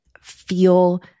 feel